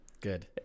good